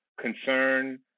concern